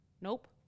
nope